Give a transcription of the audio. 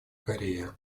корея